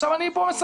עכשיו אני מסיים.